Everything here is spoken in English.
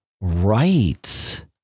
right